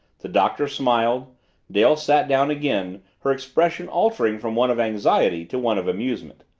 the doctor smiled dale sat down again, her expression altering from one of anxiety to one of amusement.